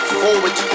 forward